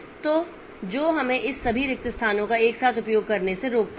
तो जो हमें इस सभी रिक्त स्थानों का एक साथ उपयोग करने से रोकता है